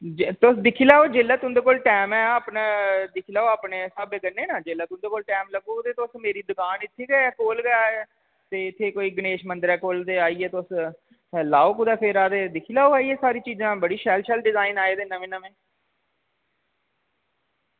तुस दिक्खी लैओ जेल्लै तुंदे कोल टैम ऐ अपने दिक्खी लैओ अपने स्हाबै कन्नै जेल्लै तुसें ई कोई टैम लग्गग ते तुस मेरी दकान इत्थै कोल गै गणेश मंदरै कोल ते इत्थै आइयै तुस लाओ कुतै गेड़ा ते दिक्खी लैओ सारियां चीज़ां ते बड़े शैल शैल डिजाईन आए दे नमें नमें